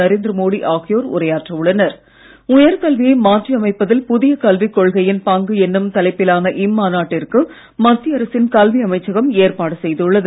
நரேந்திர மோடி உயர்கல்வியை மாற்றி அமைப்பதில் புதிய கல்விக் கொள்கையின் பங்கு என்னும் தலைப்பிலான இம்மாநாட்டிற்கு மத்திய அரசின் கல்வி அமைச்சகம் ஏற்பாடு செய்துள்ளது